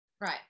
Right